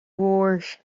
mhóir